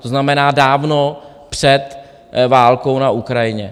To znamená dávno před válkou na Ukrajině.